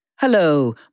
Hello